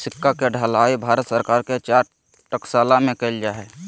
सिक्का के ढलाई भारत सरकार के चार टकसाल में कइल जा हइ